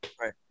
Right